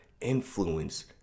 influence